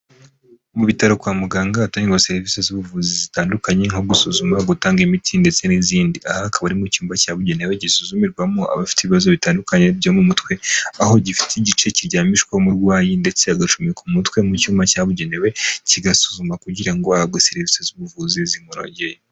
Mu bitaro kwa muganga hatangirwa serivisi z'ubuvuzi zitandukanye, nko gusuzuma, gutanga imiti ndetse n'izindi. Aha hakaba ari mu cyumba cyabugenewe gisuzumirwamo abafite ibibazo bitandukanye, byo mu mutwe, aho gifite igice kiryamishwamo umurwayi, ndetse agacomeka umutwe mu cyuma cyabugenewe, kigasuzuma kugira ngo ahabwe serivisi z'ubuvuzi zimunogeye.